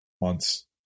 months